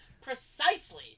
Precisely